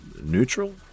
Neutral